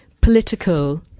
political